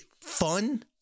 fun